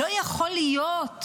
לא יכול להיות.